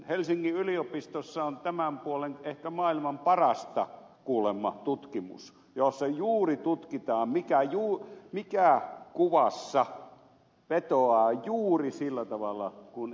helsingin yliopistossa on tämän puolen ehkä maailman parasta kuulemma tutkimusta jossa juuri tutkitaan mikä kuvassa vetoaa juuri sillä tavalla kuin ed